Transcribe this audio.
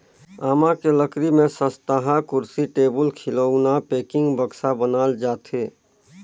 आमा के लकरी में सस्तहा कुरसी, टेबुल, खिलउना, पेकिंग, बक्सा बनाल जाथे